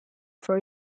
for